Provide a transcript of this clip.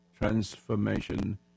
transformation